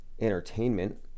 entertainment